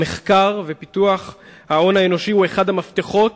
המחקר ופיתוח ההון האנושי היא אחד המפתחות